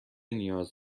نیاز